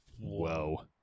whoa